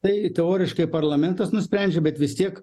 tai teoriškai parlamentas nusprendžia bet vis tiek